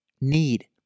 Need